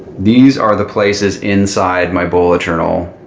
these are the places inside my bullet journal,